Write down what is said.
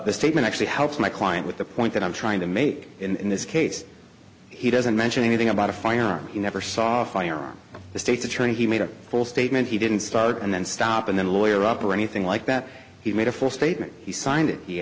the statement actually helps my client with the point that i'm trying to make in this case he doesn't mention anything about a firearm he never saw a firearm the state's attorney he made a full statement he didn't start and then stop and then lawyer up or anything like that he made a full statement he signed it he